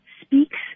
speaks